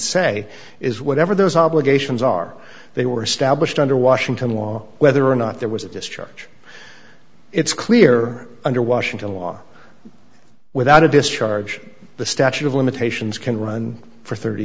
say is whatever those obligations are they were established under washington law whether or not there was a discharge it's clear under washington law without a discharge the statute of limitations can run for thirty